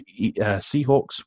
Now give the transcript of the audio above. Seahawks